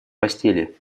постели